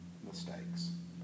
mistakes